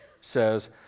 says